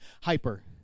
Hyper